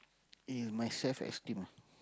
is my self esteem